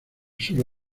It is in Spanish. sur